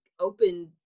open